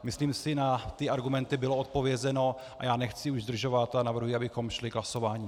Myslím si, na argumenty bylo odpovězeno, a já nechci už zdržovat a navrhuji, abychom šli k hlasování.